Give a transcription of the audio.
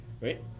Right